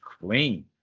clean